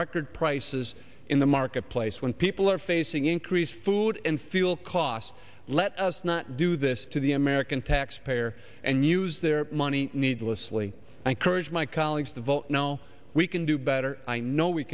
record prices in the marketplace when people are facing increase food and fuel costs let us not do this to the american taxpayer and use their money needlessly encourage my colleagues to vote no we can do better i know we